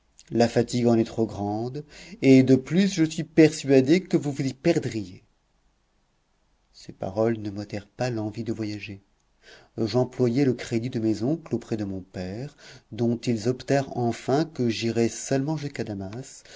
la fatigue en est trop grande et de plus je suis persuadé que vous vous y perdriez ces paroles ne m'ôtèrent pas l'envie de voyager j'employai le crédit de mes oncles auprès de mon père dont ils obtinrent enfin que j'irais seulement jusqu'à damas